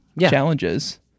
challenges